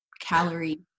calorie